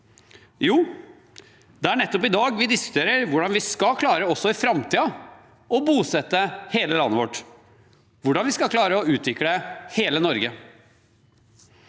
Jo, det er nettopp i dag vi diskuterer hvordan vi også i framtiden skal klare å bosette hele landet vårt, hvordan vi skal klare å utvikle hele Norge.